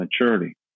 maturity